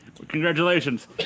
Congratulations